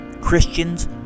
Christians